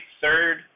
third